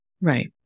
Right